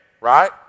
right